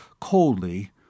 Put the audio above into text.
coldly